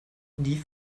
die